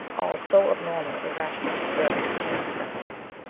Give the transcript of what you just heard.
all so abnormal, irrational, disturbing to human senses.